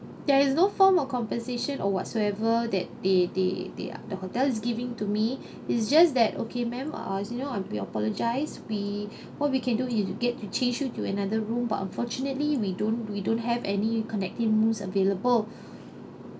there is no form of compensation or whatsoever that they they they are the hotel is giving to me it's just that okay ma'am uh you know we apologise we what we can do is we get to change you to another room but unfortunately we don't we don't have any connecting rooms available